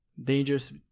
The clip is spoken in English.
Dangerous